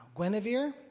Guinevere